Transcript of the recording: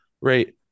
Right